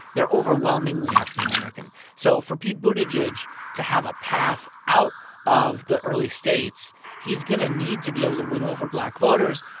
they're overwhelmingly african-american. so for pete buttigieg to have a path out of the early states he's going to need to be able to win over black voters.